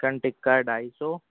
chicken tikka ڈھائی سو